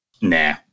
Nah